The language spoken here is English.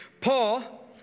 Paul